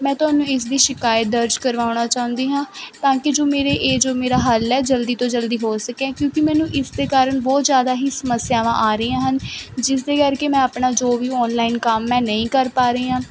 ਮੈਂ ਤੁਹਾਨੂੰ ਇਸ ਦੀ ਸ਼ਿਕਾਇਤ ਦਰਜ ਕਰਵਾਉਣਾ ਚਾਹੁੰਦੀ ਹਾਂ ਤਾਂ ਕਿ ਜੋ ਮੇਰੇ ਇਹ ਜੋ ਮੇਰਾ ਹੱਲ ਹੈ ਜਲਦੀ ਤੋਂ ਜਲਦੀ ਹੋ ਸਕੇ ਕਿਉਂਕੀ ਮੈਨੂੰ ਇਸ ਦੇ ਕਾਰਨ ਬਹੁਤ ਜ਼ਿਆਦਾ ਹੀ ਸਮੱਸਿਆਵਾਂ ਆ ਰਹੀਆਂ ਹਨ ਜਿਸ ਦੇ ਕਰਕੇ ਮੈਂ ਆਪਣਾ ਜੋ ਵੀ ਔਨਲਾਈਨ ਕੰਮ ਹੈ ਨਹੀਂ ਕਰ ਪਾ ਰਹੀ ਹਾਂ